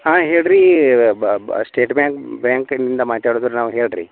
ಹಾಂ ಹೇಳಿ ರೀ ಸ್ಟೇಟ್ ಬ್ಯಾಂಕ್ ಬ್ಯಾಂಕಿನಿಂದ ಮಾತಾಡೋದು ನಾವು ಹೇಳಿ ರೀ